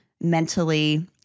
mentally